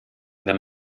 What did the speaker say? wenn